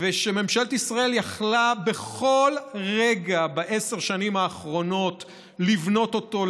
ושממשלת ישראל יכלה בכל רגע בעשר השנים האחרונות לבנות אותו,